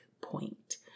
point